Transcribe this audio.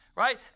right